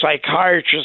psychiatrist